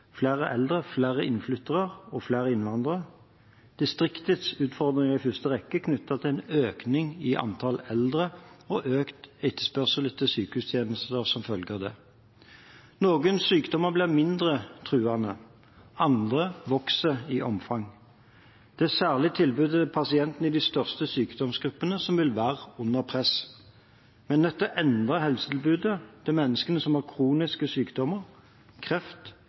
flere eldre, flere innflyttere og flere innvandrere. Distriktenes utfordringer er i første rekke knyttet til en økning i antall eldre og økt etterspørsel etter sykehustjenester som følge av det. Noen sykdommer blir mindre truende. Andre vokser i omfang. Det er særlig tilbudet til pasientene i de største sykdomsgruppene som vil være under press. Men dette endrer helsetilbudet til mennesker som har kroniske sykdommer, kreft,